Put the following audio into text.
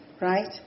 right